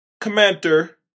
commander